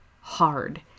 hard